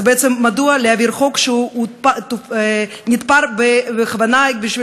אז מדוע להעביר חוק שנתפר בכוונה בשביל